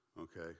okay